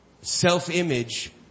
self-image